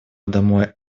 домой